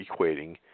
equating